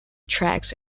tracks